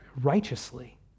righteously